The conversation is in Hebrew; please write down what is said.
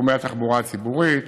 בתחומי התחבורה הציבורית.